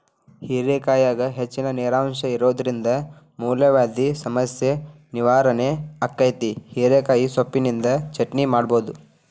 ಹೇರೆಕಾಯಾಗ ಹೆಚ್ಚಿನ ನೇರಿನಂಶ ಇರೋದ್ರಿಂದ ಮೂಲವ್ಯಾಧಿ ಸಮಸ್ಯೆ ನಿವಾರಣೆ ಆಕ್ಕೆತಿ, ಹಿರೇಕಾಯಿ ಸಿಪ್ಪಿನಿಂದ ಚಟ್ನಿ ಮಾಡಬೋದು